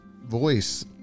voice